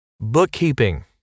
Bookkeeping